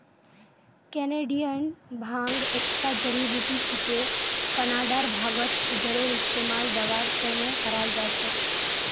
Canadian भांग एकता जड़ी बूटी छिके कनाडार भांगत जरेर इस्तमाल दवार त न कराल जा छेक